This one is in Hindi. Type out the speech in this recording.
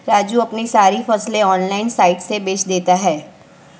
राजू अपनी सारी फसलें ऑनलाइन साइट से बेंच देता हैं